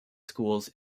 schools